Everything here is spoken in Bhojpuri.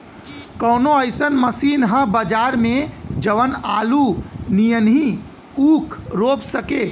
कवनो अइसन मशीन ह बजार में जवन आलू नियनही ऊख रोप सके?